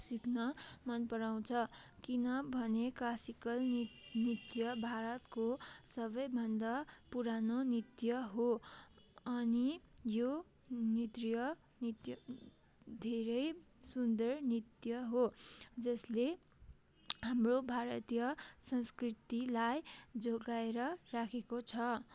सिक्न मन पराउँछ किनभने क्लासिकल नि नृत्य भारतको सबैभन्दा पुरानो नृत्य हो अनि यो नृत्य नृत्य धेरै सुन्दर नृत्य हो जसले हाम्रो भारतीय संस्कृतिलाई जोगाएर राखेको छ